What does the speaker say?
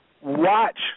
watch